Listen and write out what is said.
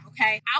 Okay